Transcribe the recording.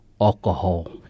alcohol